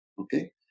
okay